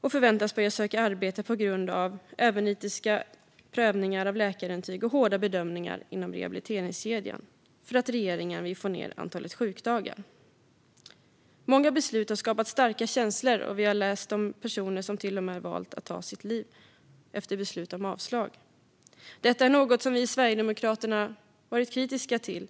och förväntas börja söka arbete på grund av övernitiska prövningar av läkarintyg och hårda bedömningar inom rehabiliteringskedjan, för att regeringen vill få ned antalet sjukdagar. Många beslut har skapat starka känslor. Vi har läst om personer som till och med valt att ta sitt liv efter beslut om avslag. Detta är något som vi i Sverigedemokraterna har varit kritiska till.